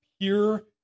pure